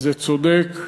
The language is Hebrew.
זה צודק,